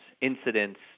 incidents